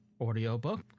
audiobook